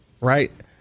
right